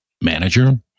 Manager